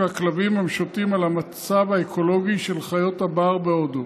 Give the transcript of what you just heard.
הכלבים המשוטטים על המצב האקולוגי של חיות הבר בהודו,